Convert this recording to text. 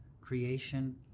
creation